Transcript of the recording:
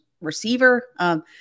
receiver